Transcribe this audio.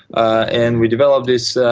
and we develop this